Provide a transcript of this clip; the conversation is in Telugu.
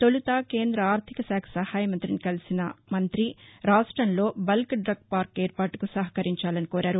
తొలుత కేంద్ర ఆర్గిక శాఖ సహాయ మంతిని కలిసిన మంతి రాష్ట్రంలో బల్క్ డగ్ పార్క్ ఏర్పాటుకు సహకరించాలని కోరారు